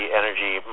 energy